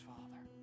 Father